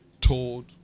told